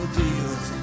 deals